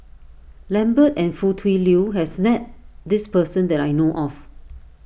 Lambert and Foo Tui Liew has met this person that I know of